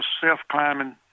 self-climbing